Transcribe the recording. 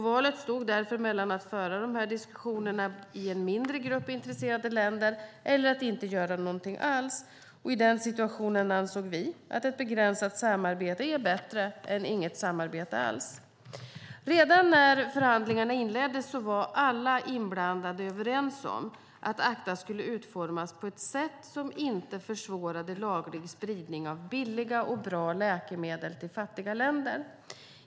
Valet stod därför mellan att föra dessa diskussioner i en mindre grupp intresserade länder eller att inte göra något alls. I den situationen ansåg vi att ett begränsat samarbete är bättre än inget samarbete alls. Redan när förhandlingarna inleddes var alla inblandade överens om att ACTA skulle utformas på ett sätt som inte försvårade laglig spridning av billiga och bra läkemedel till fattiga länder.